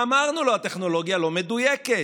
אמרנו לו: הטכנולוגיה לא מדויקת.